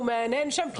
הוא מהנהן שם,